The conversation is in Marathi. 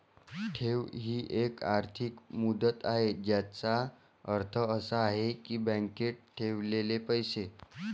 ठेव ही एक आर्थिक मुदत आहे ज्याचा अर्थ असा आहे की बँकेत ठेवलेले पैसे